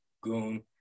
goon